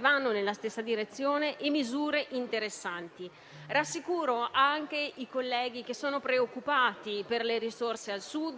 vanno nella stessa direzione e sono interessanti. Rassicuro anche i colleghi che sono preoccupati per le risorse al Sud: